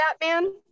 Batman